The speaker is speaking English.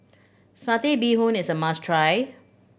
Satay Bee Hoon is a must try